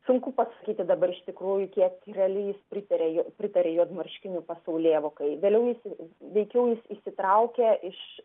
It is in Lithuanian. sunku pasakyti dabar iš tikrųjų kiek realiai jis pritarė pritarė juodmarškinių pasaulėvokai vėliau jis veikiau jis išsitraukė iš